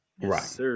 Right